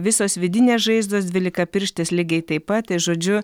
visos vidinės žaizdos dvylikapirštės lygiai taip pat tai žodžiu